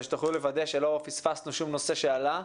שתוכלו לוודא שלא פספסנו שום נושא שעלה.